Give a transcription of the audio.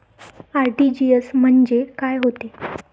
RTGS म्हंजे काय होते?